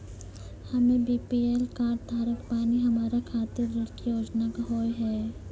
हम्मे BPL card धारक बानि हमारा खातिर ऋण के योजना का होव हेय?